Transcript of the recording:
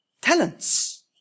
talents